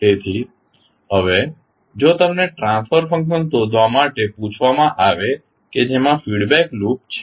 તેથી હવે જો તમને ટ્રાન્સફર ફંકશન શોધવા માટે પૂછવામાં આવે કે જેમાં ફીડબેક લૂપ છે